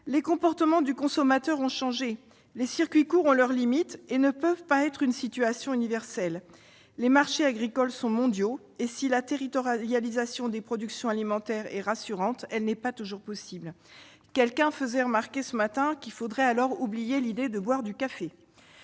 les comportements du consommateur ont changé. Les circuits courts ont leurs limites et ne peuvent être la solution universelle. Les marchés agricoles sont mondiaux, et si la « territorialisation des productions alimentaires » est un concept rassurant, elle n'est pas toujours possible. Quelqu'un faisait remarquer ce matin qu'il faudrait alors oublier l'idée de boire du café